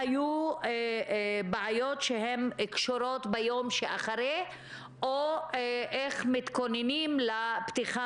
והיו בעיות שקשורות ביום שאחרי או איך מתכוננים לפתיחה